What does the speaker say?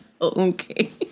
okay